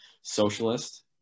socialist